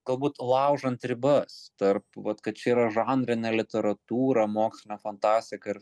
galbūt laužant ribas tarp vat kad čia yra žanrinė literatūra mokslinė fantastika ir